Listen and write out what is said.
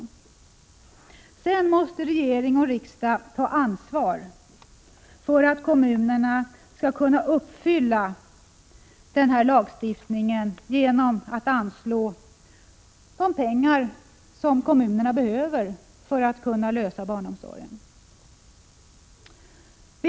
Sedan måste regering och riksdag ta ansvar för att kommunerna skall kunna efterkomma denna lagstiftning genom att anslå de pengar som kommunerna behöver för att kunna lösa barnomsorgsfrågan.